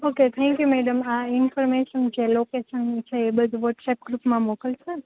okay thank you madam આ information જે location છે એ બધુ વોટ્સએપ ગ્રુપમાં મોકલશોને